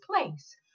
place